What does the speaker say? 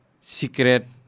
Secret